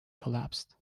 collapsed